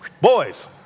boys